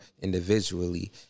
individually